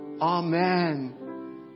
Amen